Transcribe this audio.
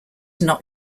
not